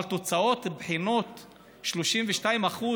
אבל תוצאות בחינות 32%?